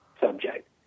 subject